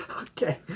Okay